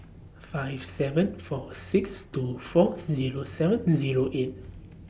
five seven four six two four Zero seven Zero eight